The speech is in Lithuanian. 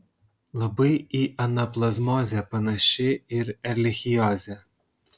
labai į anaplazmozę panaši ir erlichiozė